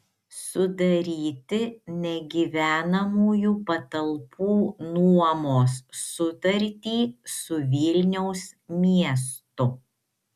sudaryti negyvenamųjų patalpų nuomos sutartį su vilniaus miestu